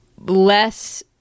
less